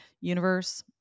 universe